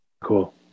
Cool